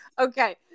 Okay